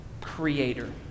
creator